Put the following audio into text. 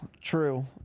true